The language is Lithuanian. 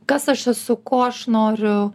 kas aš esu ko aš noriu